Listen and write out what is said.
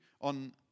on